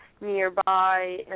nearby